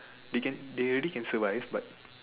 they can they already can survive but